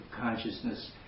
consciousness